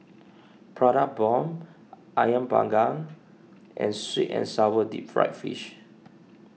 Prata Bomb Ayam Panggang and Sweet and Sour Deep Fried Fish